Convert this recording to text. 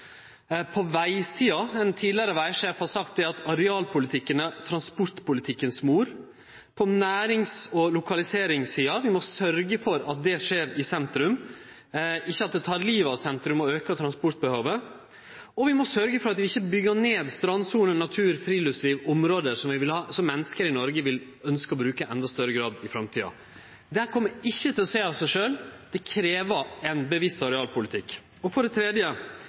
Ein tidlegare vegsjef har sagt at arealpolitikken er transportpolitikkens mor. På nærings- og lokaliseringssida må vi sørgje for at det skjer i sentrum, ikkje at det tek livet av sentrum og aukar transportbehovet. Og vi må sørgje for at vi ikkje byggjer ned strandsoner, natur, friluftsliv og område som menneske i Noreg vil ønskje å bruke i endå større grad i framtida. Det kjem ikkje til å skje av seg sjølv, det krev ein bevisst arealpolitikk. For det tredje: